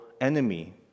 enemy